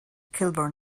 kilburn